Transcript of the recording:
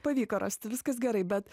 pavyko rasti viskas gerai bet